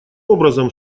образом